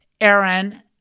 Aaron